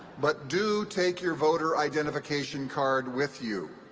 but do take your voter identification card with you.